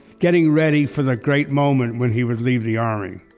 getting ready for the great moment when he would leave the army